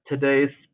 today's